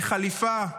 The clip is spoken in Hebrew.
ובחליפה,